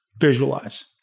visualize